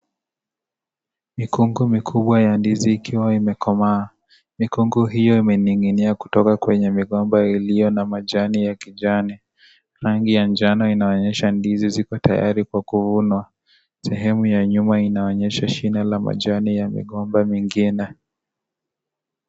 Mikungu mikubwa ya ndizi ikiwa imekomaa, mikungu hiyo imeninginia kutoka kwenye migomba iliyo na majani ya kijani, rangi ya njano inaonyesha ndizi ziko tayari Kwa kuvunwa. Sehemu ya nyuma inaonyesha shina la majani ya migomba vingine.